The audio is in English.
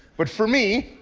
but for me,